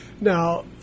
Now